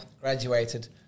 graduated